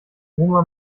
oma